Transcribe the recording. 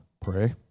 pray